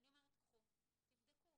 אני אומרת, קחו, תבדקו